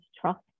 trust